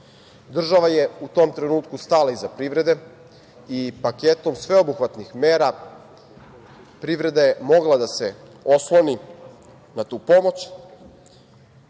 Država je u tom trenutku stala iza privrede i paketom sveobuhvatnih mera privreda je mogla da se osloni na tu pomoć